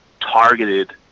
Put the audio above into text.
targeted